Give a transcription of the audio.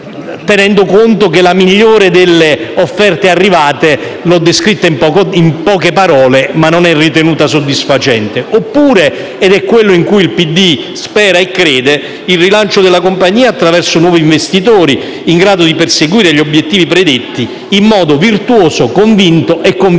tenendo conto che la migliore delle offerte arrivate, che ho descritto in poche parole, non è ritenuta soddisfacente. Oppure - ed è quello in cui il Partito Democratico spera e crede - il rilancio della compagnia attraverso nuovi investitori, in grado di perseguire gli obiettivi predetti in modo virtuoso, convinto e convincente.